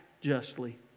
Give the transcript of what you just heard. justly